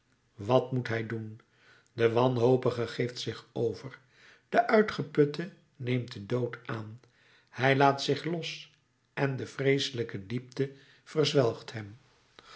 wat moet hij doen de wanhopige geeft zich over de uitgeputte neemt den dood aan hij laat zich los en de vreeselijke diepte verzwelgt hem